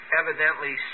evidently